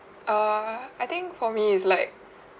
err I think for me it's like